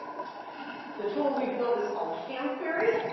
the tool we've built is called camquery.